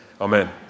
Amen